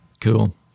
Cool